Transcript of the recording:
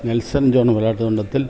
Nelson John Palatt Thundathil